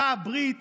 אותה הברית